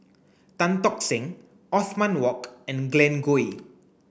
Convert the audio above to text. Tan Tock Seng Othman Wok and Glen Goei